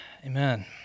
Amen